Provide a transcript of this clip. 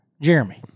Jeremy